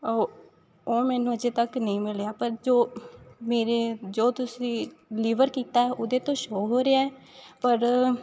ਉ ਉਹ ਮੈਨੂੰ ਅਜੇ ਤੱਕ ਨਹੀਂ ਮਿਲਿਆ ਪਰ ਜੋ ਮੇਰੇ ਜੋ ਤੁਸੀਂ ਡਿਲੀਵਰ ਕੀਤਾ ਉਹਦੇ ਤੋਂ ਸ਼ੋਅ ਹੋ ਰਿਹਾ ਪਰ